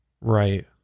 Right